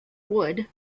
wood